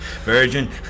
Virgin